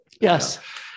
Yes